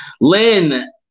Lynn